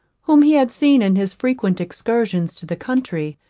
whom he had seen in his frequent excursions to the country,